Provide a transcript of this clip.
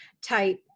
type